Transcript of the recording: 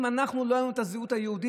אם אנחנו לא היה לנו את הזהות היהודית,